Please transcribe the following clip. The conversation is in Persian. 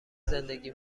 زندگی